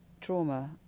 trauma